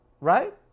Right